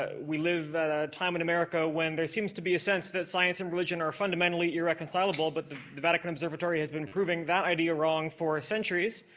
ah we live that ah time in america when there seems to be a sense that science and religion are fundamentally irreconcilable, but the vatican observatory has been proving that idea wrong for centuries.